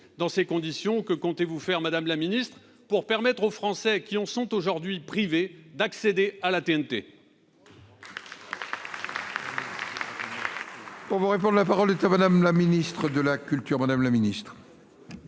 dans ces conditions, que comptez-vous faire, Madame la Ministre, pour permettre aux Français qui ont sont aujourd'hui privés d'accéder à la TNT.